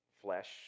flesh